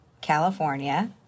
California